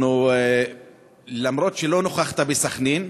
אף שלא נכחת בסח'נין,